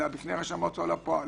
אלא בפני רשם ההוצאה לפועל,